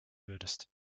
würdest